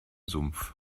sumpf